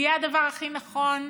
זה יהיה הדבר הכי נכון,